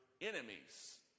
enemies